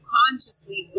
consciously